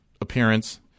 appearance